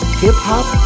hip-hop